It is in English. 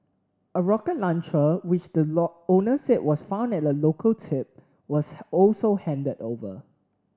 a rocket launcher which the owner said was found at a local tip was also handed over